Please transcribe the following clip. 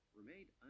remained